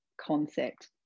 concept